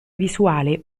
visuale